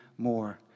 more